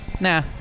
Nah